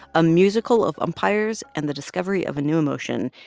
a musical of umpires and the discovery of a new emotion.